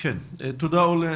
תודה, אורלי.